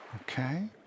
Okay